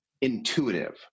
Intuitive